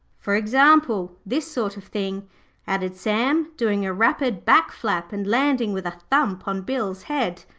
for example, this sort of thing added sam, doing a rapid back-flap and landing with thump on bill's head.